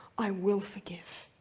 i will forgive.